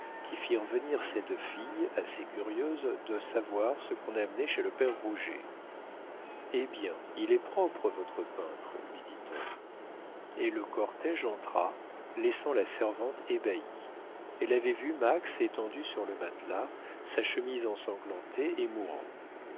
qui firent venir cette fille assez curieuse de savoir ce qu'on amenait chez le père rouget eh bien il est propre votre peintre lui dit-on et le cortége entra laissant la servante ébahie elle avait vu max étendu sur le matelas sa chemise ensanglantée et mourant